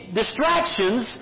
distractions